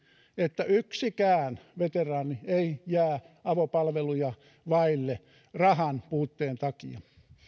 että yksikään veteraani ei jää avopalveluja vaille rahanpuutteen